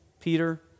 Peter